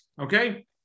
Okay